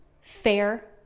fair